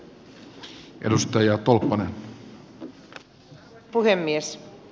arvoisa puhemies